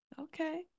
Okay